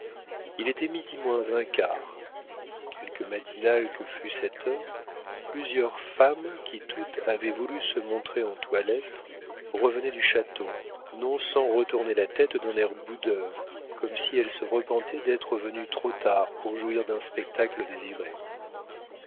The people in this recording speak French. il était midi moins un quart quelque matinale que fût cette heure plusieurs femmes qui toutes avaient voulu se montrer en toilette revenaient du château non sans retourner la tête d'un air boudeur comme si elles se repentaient d'être venues trop tard pour jouir d'un spectacle désiré